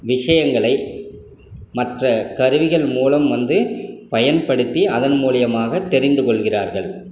விஷயங்களை மற்ற கருவிகள் மூலம் வந்து பயன்படுத்தி அதன் மூலியமாக தெரிந்து கொள்கிறார்கள்